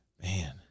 man